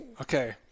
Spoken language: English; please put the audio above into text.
Okay